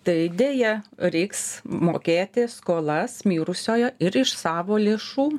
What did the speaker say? tai deja reiks mokėti skolas mirusiojo ir iš savo lėšų